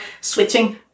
switching